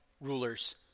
Rulers